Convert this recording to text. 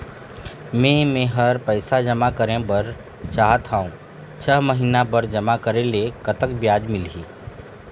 मे मेहर पैसा जमा करें बर चाहत हाव, छह महिना बर जमा करे ले कतक ब्याज मिलही?